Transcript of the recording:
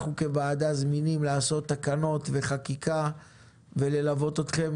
אנחנו כוועדה זמינים לעשות תקנות וחקיקה וללוות אתכם